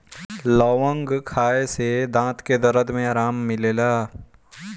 लवंग खाए से दांत के दरद में आराम मिलेला